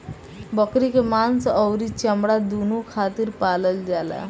बकरी के मांस अउरी चमड़ा दूनो खातिर पालल जाला